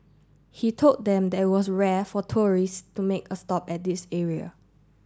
he told them that it was rare for tourist to make a stop at this area